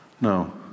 No